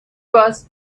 was